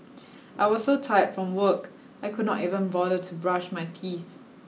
I was so tired from work I could not even bother to brush my teeth